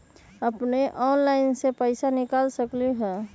अपने ऑनलाइन से पईसा निकाल सकलहु ह?